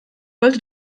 wollte